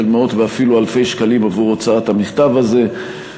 מאות ואפילו אלפי שקלים עבור הוצאת המכתב הזה.